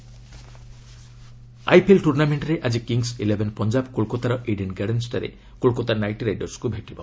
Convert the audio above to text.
IPL cricket IPL ଟୁର୍ଣ୍ଣାମେଣ୍ଟ୍ରେ ଆଜି kings eleven Punjab କୋଲକାତାର ଇଡେନ୍ ଗାର୍ଡେନ୍ସ୍ଠାରେ କୋଲ୍କାତା ନାଇଟି ରାଇଡର୍ସକୁ ଭେଟିବ